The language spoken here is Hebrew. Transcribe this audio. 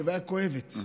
לוויה כואבת.